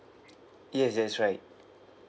yes that's right